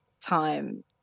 time